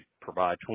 provide